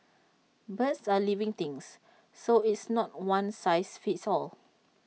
birds are living things so it's not one size fits all